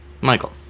Michael